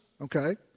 okay